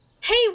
Hey